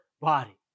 body